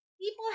people